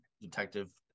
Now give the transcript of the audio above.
detective